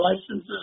licenses